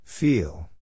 Feel